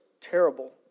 terrible